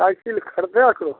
cycle खरीदैके रहौ